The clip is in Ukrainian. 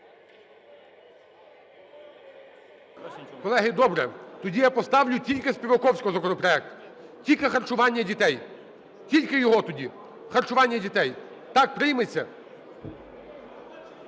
Колеги, добре, тоді я поставлю тільки Співаковського законопроект. Тільки харчування дітей, тільки його, харчування дітей, так прийметься?